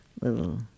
little